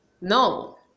No